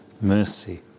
mercy